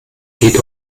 geht